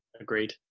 Agreed